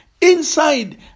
inside